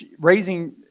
raising